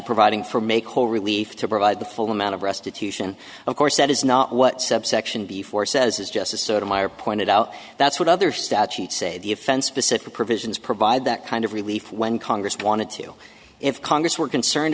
providing for make whole relief to provide the full amount of restitution of course that is not what subsection before says is just a sort of mire pointed out that's what other statute say the offense specific provisions provide that kind of relief when congress wanted to if congress were concerned